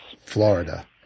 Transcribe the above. Florida